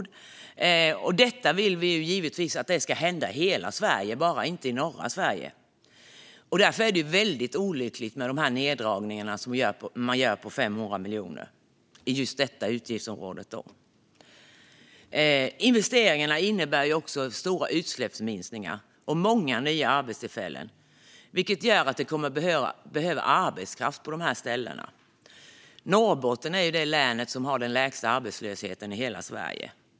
Detta vill vi givetvis se i hela Sverige, inte bara i norra Sverige. Därför är neddragningarna på 500 miljoner inom just detta utgiftsområde väldigt olyckliga. Investeringarna innebär också stora utsläppsminskningar och många nya arbetstillfällen, vilket gör att det kommer att behövas arbetskraft på dessa ställen. Norrbotten är det län som har den lägsta arbetslösheten i hela Sverige.